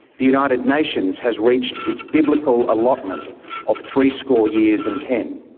the united nations has reached its biblical allotment of threescore years and ten,